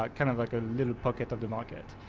like kind of like a little pocket of the market?